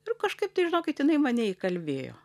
ir kažkaip tai žinokit jinai mane įkalbėjo